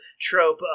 trope